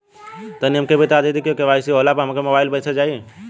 तनि हमके इ बता दीं की के.वाइ.सी का होला हमरे मोबाइल पर मैसेज आई?